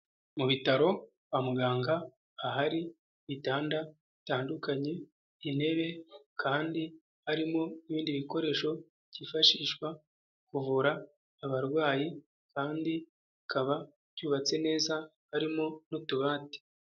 Mu bitaro kwa muganga ahari ibitanda bitandukanye intebe kandi harimo n' ibindi bikoresho byifashishwa kuvura abarwayi kandi kikaba cyubatse neza harimo n'utubati.